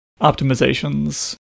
optimizations